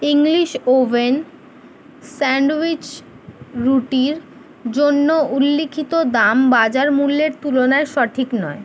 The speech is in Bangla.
ইংলিশ ওভেন স্যান্ডউইচ রুটির জন্য উল্লেখিত দাম বাজার মূল্যের তুলনায় সঠিক নয়